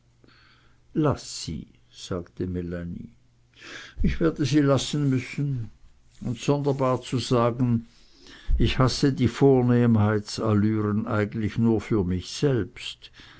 laß sie sagte melanie ich werde sie lassen müssen und sonderbar zu sagen ich hasse die vornehmheitsallüren eigentlich nur für mich selbst